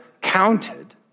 counted